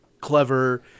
clever